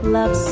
Love